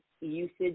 usage